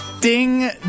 Ding